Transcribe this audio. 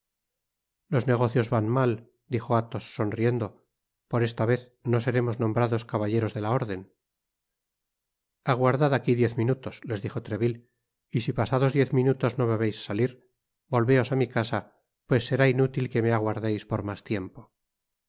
los negocios van mal dijo athos sonriendo por esta vez no seremos nombrados caballeros de la orden aguardad aquí diez minutos les dijo treville y si pasados diez minutos no me veis salir volveos á mi casa pues será inútil que me aguardeis por mas tiempo los